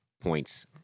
points